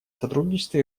сотрудничество